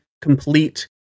complete